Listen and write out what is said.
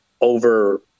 over